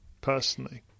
personally